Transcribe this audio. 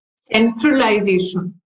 centralization